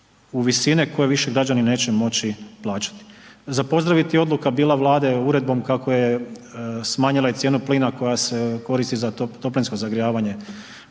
u visine koje više građani neće moći plaćati. Za pozdravit je bila odluka Vlade uredbom kako je smanjila i cijenu plina koja se koristi za toplinsko zagrijavanje,